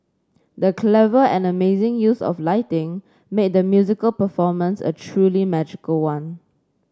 the clever and amazing use of lighting made the musical performance a truly magical one